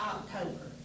October